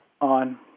on